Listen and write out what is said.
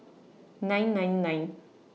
nine nine nine